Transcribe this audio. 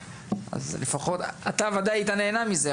אז לפחות אתה ודאי היית נהנה מזה,